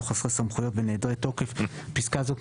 חסרי סמכות ונעדרי תוקף." בפסקה זאת,